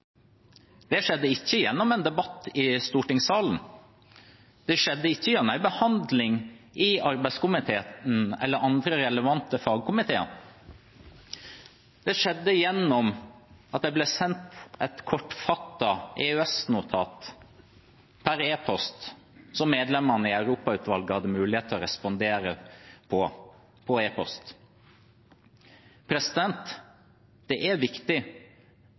Det skjedde ikke gjennom en debatt i stortingssalen. Det skjedde ikke gjennom en behandling i arbeids- og sosialkomiteen eller andre relevante fagkomiteer. Det skjedde gjennom at det ble sendt et kortfattet EØS-notat per e-post, som medlemmene i Europautvalget hadde mulighet til å respondere på, på e-post. Dette er viktig: